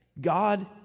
God